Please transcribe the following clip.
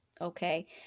Okay